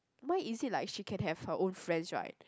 why is it like she can have her own friends right